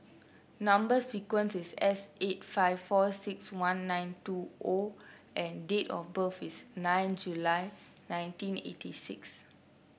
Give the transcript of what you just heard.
number sequence is S eight five four six one nine two O and date of birth is nine July nineteen eighty six